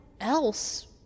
else